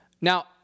Now